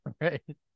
Right